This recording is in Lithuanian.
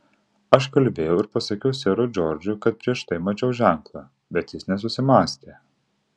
aš kalbėjau ir pasakiau serui džordžui kad prieš tai mačiau ženklą bet jis nesusimąstė